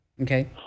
Okay